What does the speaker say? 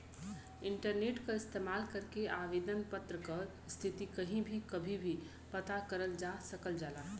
internet क इस्तेमाल करके आवेदन पत्र क स्थिति कहीं भी कभी भी पता करल जा सकल जाला